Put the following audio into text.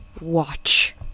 watch